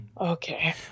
okay